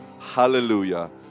Hallelujah